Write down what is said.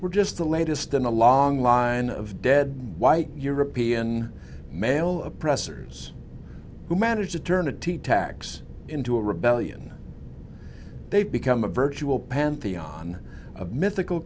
were just the latest in a long line of dead white european male oppressors who managed to turn a tea tax into a rebellion they've become a virtual pantheon of mythical